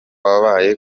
wabaye